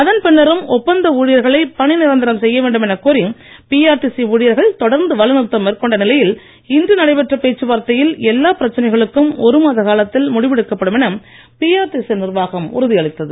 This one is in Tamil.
அதன் பின்னரும் ஒப்பந்த ஊழியர்களை பணிநிரந்தரம் செய்ய வேண்டும் எனக் கோரி பிஆர்டிசி ஊழியர்கள் தொடர்ந்து வேலைநிறுத்தம் மேற்கொண்ட நிலையில் இன்று நடைபெற்ற பேச்சுவார்த்தையில் எல்லாப் பிரச்சனைகளுக்கும் ஒரு மாத காலத்தில் முடிவெடுக்கப்படும் என பிஆர்டிசி நிர்வாகம் உறுதியளித்தது